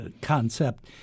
concept